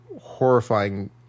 horrifying